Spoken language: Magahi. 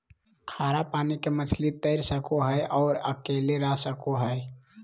खारा पानी के मछली तैर सको हइ और अकेले रह सको हइ